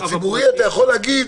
בציבורי אתה יכול להגיד,